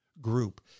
group